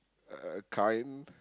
uh kind